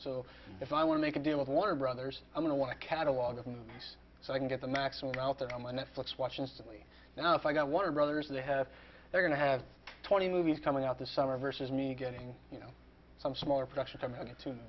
so if i want to make a deal with warner brothers i'm going to want to catalogue this so i can get the maximum out there on my netflix watch instantly now if i want to brothers they have they're going to have twenty movies coming out this summer versus me getting you know some smaller production